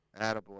Attaboy